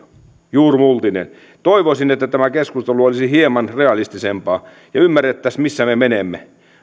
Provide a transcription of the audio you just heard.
juurimultineen toivoisin että tämä keskustelu olisi hieman realistisempaa ja ymmärrettäisiin että missä me menemme